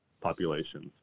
populations